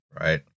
right